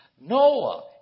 Noah